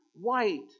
white